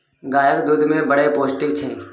गाएक दुध मे बड़ पौष्टिक छै